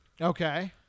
Okay